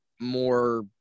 more